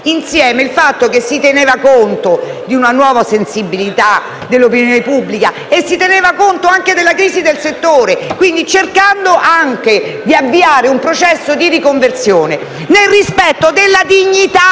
qui - il fatto che si teneva conto di una nuova sensibilità dell'opinione pubblica e della crisi del settore, cercando anche di avviare un processo di riconversione nel rispetto della dignità